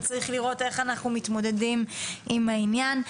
וצריך לראות איך אנחנו מתמודדים עם העניין.